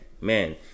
man